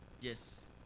Yes